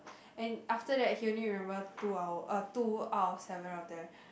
and after that he only remembered two hour uh two out of seven of them